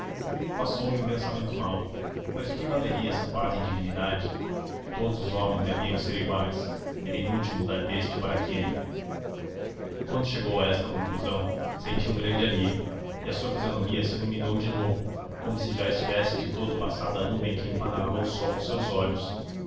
demais passou-lhe um pensamento mau mas de que valeria essa quase indignidade todos os homens deviam ser iguais era inútil mudar deste para aquele quando chegou a esta conclusão sentiu um grande alívio e a sua fisionomia se iluminou de novo como se já estivesse de todo passada a nuvem que empanava o sol dos seus olhos